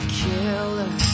killer